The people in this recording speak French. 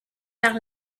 par